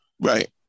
Right